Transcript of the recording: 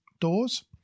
doors